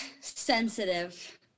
sensitive